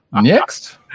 Next